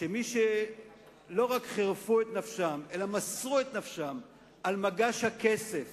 שמי שלא רק חירפו את נפשם אלא מסרו את נפשם על מגש הכסף